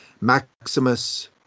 Maximus